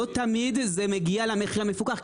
לא תמיד זה מגיע למחיר המפוקח,